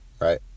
right